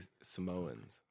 Samoans